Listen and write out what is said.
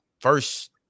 first